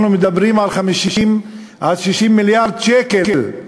אנחנו מדברים על 50 60 מיליארד שקל,